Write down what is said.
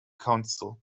council